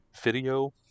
video